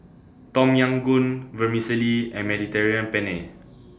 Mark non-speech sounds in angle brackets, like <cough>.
Tom Yam Goong Vermicelli and Mediterranean Penne <noise>